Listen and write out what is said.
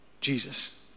Jesus